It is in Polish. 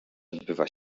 odbywa